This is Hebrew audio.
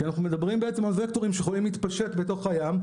כי אנחנו מדברים בעצם על וקטורים שיכולים להתפשט בתוך הים,